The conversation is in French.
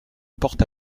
porte